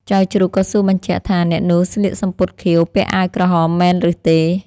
ចៅជ្រូកក៏សួរបញ្ជាក់ថា អ្នកនោះស្លៀកសំពត់ខៀវ ពាក់អាវក្រហមមែនឬទេ ?